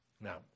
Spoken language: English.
Now